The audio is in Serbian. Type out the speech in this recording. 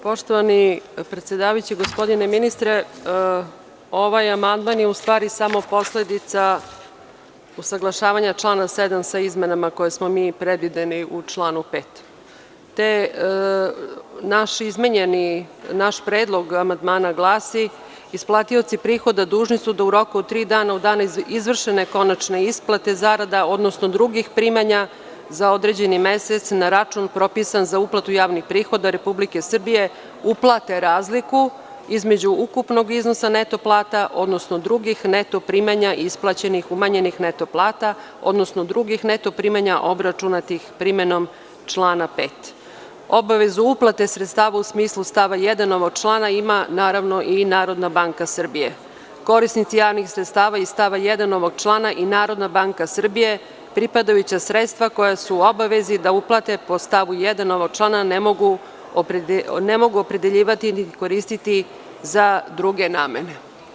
Poštovani predsedavajući, gospodine ministre, ovaj amandman je u stvari samo posledica usaglašavanja člana 7. sa izmenama koje smo mi predvideli u članu 5. Naš predlog amandmana glasi: „Isplatioci prihoda dužni su da u roku od tri dana od dna izvršene konačne isplate zarada, odnosno drugih primanja za određeni mesec na račun propisan za uplatu javnih prihoda Republike Srbije uplate razliku između ukupnog iznosa neto plata, odnosno drugih neto primanja isplaćenih umanjenih neto plata, odnosno drugih neto primanja obračunatih primenom člana 5. Obavezu uplate sredstava u smislu stava 1. ovog člana ima i Narodna banka Srbije. korisnici javnih sredstava iz stava 1. ovog člana i Narodna banka Srbije pripadajuća sredstva koja su u obavezi da uplate po stavu 1. ovog člana ne mogu opredeljivati niti koristiti za druge namene“